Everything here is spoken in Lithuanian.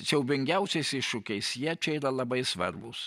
siaubingiausiais iššūkiais jie čia yra labai svarbūs